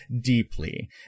deeply